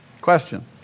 Question